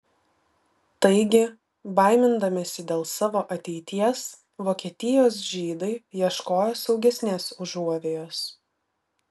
taigi baimindamiesi dėl savo ateities vokietijos žydai ieškojo saugesnės užuovėjos